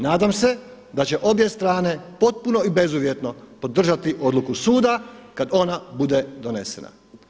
Nadam se da će obje strane potpuno i bezuvjetno podržati odluku suda kada ona bude donesena.